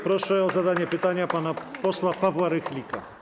Proszę o zadanie pytania pana posła Pawła Rychlika.